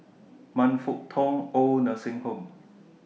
Man Fut Tong Oid Nursing Home